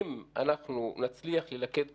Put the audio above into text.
אם אנחנו נצליח ללכד כוחות,